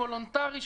וולונטרי,